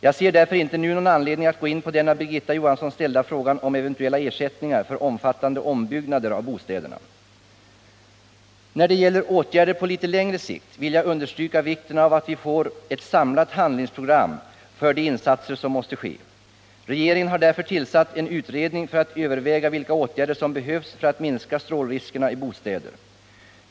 Jag ser därför inte nu någon anledning att gå in på den av Birgitta Johansson ställda frågan om eventuella ersättningar för omfattande ombyggnader av bostä När det gäller åtgärder på litet längre sikt vill jag understryka vikten av att vi får ett samlat handlingsprogram för de insatser som måste göras. Regeringen har därför tillsatt en utredning för att överväga vilka åtgärder som behövs för att minska strålriskerna i bostäder.